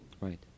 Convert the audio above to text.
Right